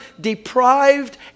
deprived